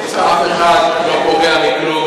אף אחד לא פוגע בכלום,